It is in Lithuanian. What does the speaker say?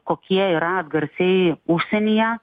kokie yra atgarsiai užsienyje